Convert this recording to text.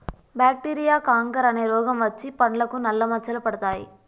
bacteria canker అనే రోగం వచ్చి పండ్లకు నల్ల మచ్చలు పడతాయి